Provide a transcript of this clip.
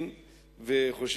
חושב,